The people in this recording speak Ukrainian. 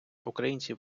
українців